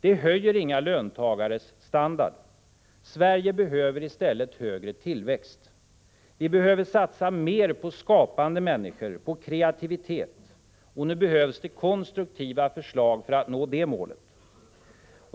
De höjer inga löntagares standard. Sverige behöver i stället högre tillväxt, och vi behöver satsa mer på skapande människor och kreativitet. Nu behövs det konstruktiva förslag för att nå de målen.